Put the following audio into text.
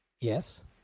Yes